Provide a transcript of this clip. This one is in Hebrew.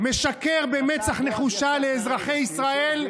משקר במצח נחושה לאזרחי ישראל,